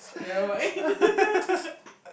nevermind